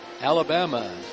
Alabama